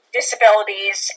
disabilities